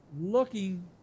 looking